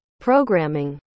programming